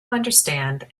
understand